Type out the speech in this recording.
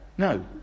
No